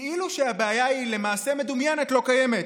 כאילו שהבעיה היא למעשה מדומיינת, לא קיימת.